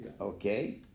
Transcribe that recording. Okay